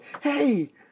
Hey